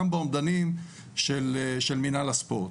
גם באומדנים של מינהל הספורט.